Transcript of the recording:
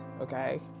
Okay